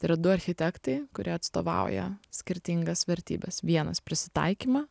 yra du architektai kurie atstovauja skirtingas vertybes vienas prisitaikymą